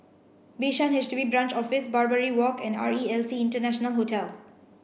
Bishan H D B Branch Office Barbary Walk and R E L C International Hotel